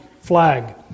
flag